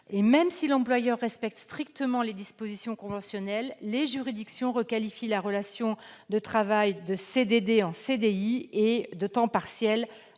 et même si l'employeur respecte strictement les dispositions conventionnelles, les juridictions requalifient la relation de travail de CDD en CDI, et de temps partiel